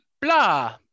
blah